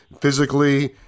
physically